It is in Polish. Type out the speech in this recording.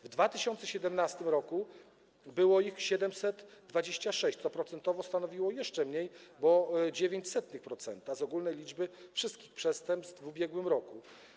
W 2017 r. było ich 726, co procentowo stanowiło jeszcze mniej, bo 0,09% ogólnej liczby wszystkich przestępstw w ubiegłym roku.